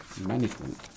management